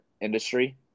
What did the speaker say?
industry